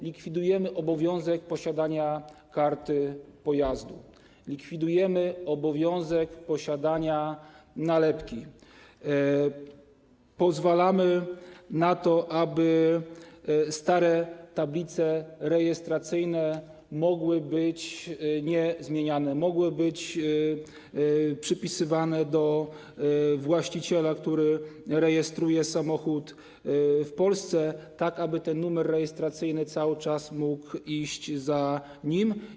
Likwidujemy obowiązek posiadania karty pojazdu, likwidujemy obowiązek posiadania nalepki, pozwalamy na to, aby stare tablice rejestracyjne mogły być niezmieniane, mogły być przypisywane do właściciela, który rejestruje samochód w Polsce, tak aby ten numer rejestracyjny cały czas mógł iść za nim.